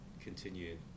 continue